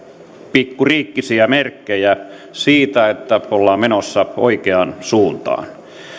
pikkuriikkisiä merkkejä siitä että ollaan menossa oikeaan suuntaan